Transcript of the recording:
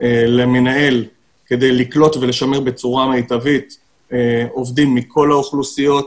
למנהל כדי לקלוט ולשמר בצורה מיטבית עובדים מכל האוכלוסיות.